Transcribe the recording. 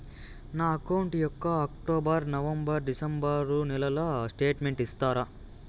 నా అకౌంట్ యొక్క October, November, December నెలల స్టేట్మెంట్ ఇస్తారా?